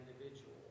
individual